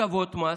הטבות מס,